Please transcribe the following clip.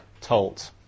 told